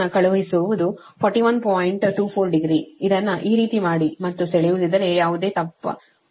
24 degree ಇದನ್ನು ಈ ರೀತಿ ಮಾಡಿ ಮತ್ತು ಸೆಳೆಯುತ್ತಿದ್ದರೆ ಯಾವುದೇ ತಪ್ಪಾಗುವುದಿಲ್ಲ